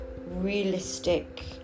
realistic